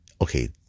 Okay